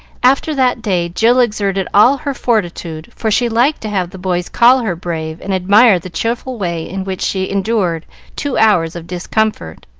after that day jill exerted all her fortitude, for she liked to have the boys call her brave and admire the cheerful way in which she endured two hours of discomfort.